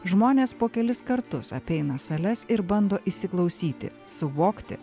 žmones po kelis kartus apeina sales ir bando įsiklausyti suvokti